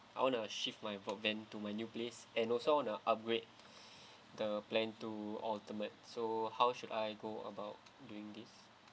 I want uh shift my broadband to my new place and also I want to upgrade the plan to ultimate so how should I go about doing this